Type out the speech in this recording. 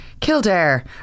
Kildare